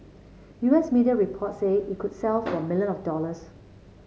U S media reports say it could sell for million of dollars